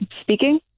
speaking